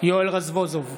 יואל רזבוזוב,